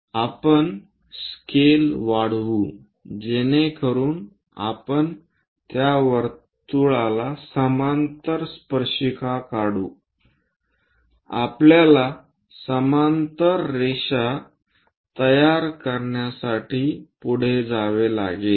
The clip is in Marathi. आपण स्केल वाढवू जेणेकरून आपण त्या वर्तुळाला समांतर स्पर्शिका काढू आपल्याला समांतर रेषा तयार करण्यासाठी पुढे जावे लागेल